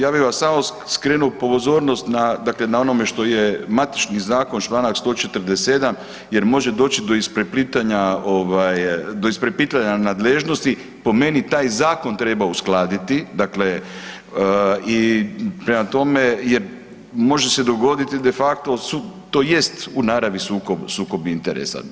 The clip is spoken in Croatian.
Ja bi vam samo skrenuo pozornost, dakle na onome što je matični zakon, čl. 147 jer može doći do ispreplitanja ovaj, do ispreplitanja nadležnosti, po meni taj zakon treba uskladiti, dakle i prema tome, jer može se dogoditi de facto, to jest u naravi sukob interesa.